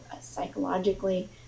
psychologically